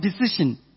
decision